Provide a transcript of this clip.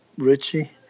Richie